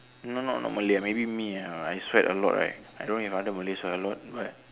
no not not malay ah maybe me ah I sweat a lot right I don't know if other malays sweat a lot but